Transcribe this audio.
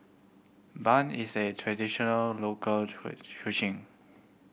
bun is a traditional local